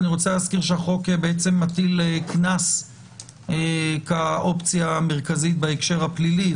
אני רוצה להזכיר שהחוק מטיל קנס כאופציה המרכזית בהקשר הפלילי,